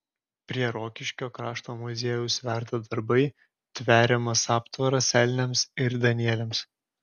prie rokiškio krašto muziejaus verda darbai tveriamas aptvaras elniams ir danieliams